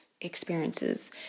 experiences